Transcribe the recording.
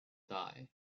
die